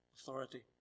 authority